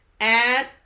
add